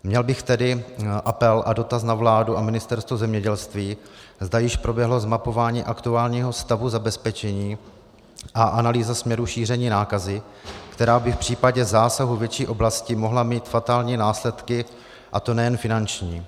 Měl bych tedy apel a dotaz na vládu a Ministerstvo zemědělství, zda již proběhlo zmapování aktuálního stavu zabezpečení a analýza směru šíření nákazy, která by v případě zásahu větší oblasti mohla mít fatální následky, a to nejen finanční.